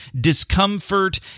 discomfort